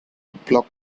bloc